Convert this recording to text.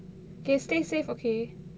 okay stay safe okay